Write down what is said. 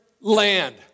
land